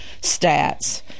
stats